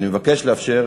אני מבקש לאפשר